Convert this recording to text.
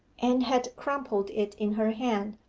and had crumpled it in her hand.